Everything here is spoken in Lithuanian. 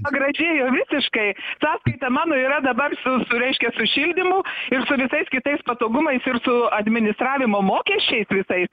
pagražėjo visiškai sąskaita mano yra dabar su su reiškia su šildymu ir su visais kitais patogumais ir su administravimo mokesčiais visais